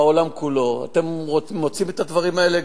בעולם כולו אתם מוצאים את הדברים האלה,